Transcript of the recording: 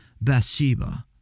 Bathsheba